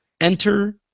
Enter